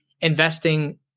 investing